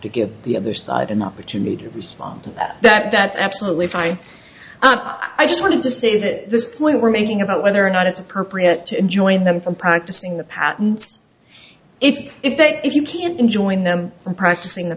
to give the other side an opportunity to respond that that's absolutely fine i just wanted to say that this point we're making about whether or not it's appropriate to join them from practicing the patents if they if you can't enjoin them from practicing the